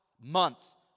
Months